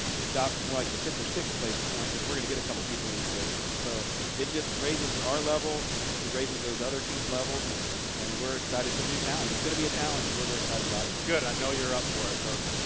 it's about more like the fifth or sixth place point because we're going to get a couple people in each of those events. so it just raises our level. it raises those other teams' levels and and we're excited for the new challenge. it's going to be a challenge and we're we're excited about it. will good. i know you're up for it, coach.